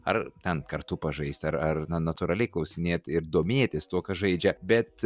ar ten kartu pažaist ar ar na natūraliai klausinėt ir domėtis tuo ką žaidžia bet